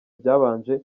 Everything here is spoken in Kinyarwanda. byabanje